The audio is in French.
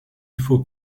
faut